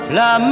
la